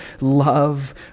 love